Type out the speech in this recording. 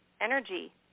energy